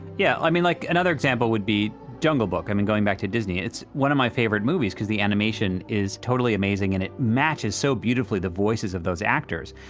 yeah, i mean, like, another example would be jungle book. i mean, going back to disney. it's one of my favorite movies because the animation is totally amazing. and it matches so beautifully the voices of those actors,